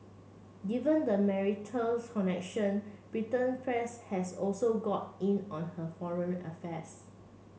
given the marital connection Britain press has also got in on her foreign affairs